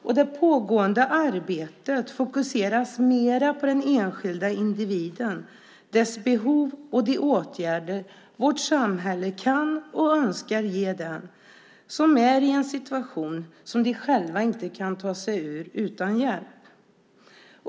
Och det pågående arbetet fokuseras mera på den enskilda individen, dess behov och de åtgärder som vårt samhälle kan och önskar ge dem som är i en situation som de själva inte kan ta sig ur utan hjälp.